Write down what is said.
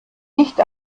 nicht